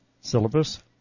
syllabus